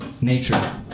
nature